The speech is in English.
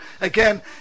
again